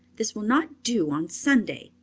this will not do on sunday,